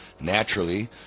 naturally